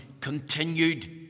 continued